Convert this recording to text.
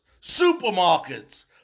supermarkets